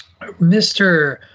Mr